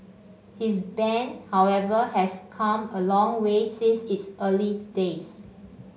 his band however has come a long way since its early days